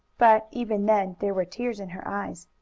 but, even then, there were tears in her eyes.